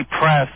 press